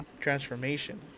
Transformation